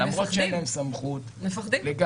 למרות שאין להם סמכות לגרש,